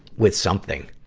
with something,